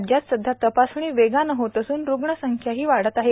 राज्यात सध्या तपासणी वेगाने होत असून रुग्णसंख्या वाढत आहे